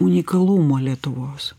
unikalumo lietuvos